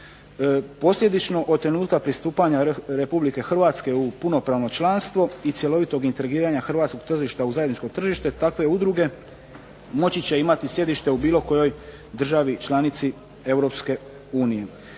Posljedično, od trenutka pristupanja RH u punopravno članstvo i cjelovitog integriranja hrvatskog tržišta u zajedničko tržište takve udruge moći će imati sjedište u bilo kojoj državi članici EU.